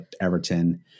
everton